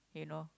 you know